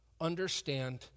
understand